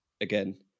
again